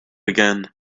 again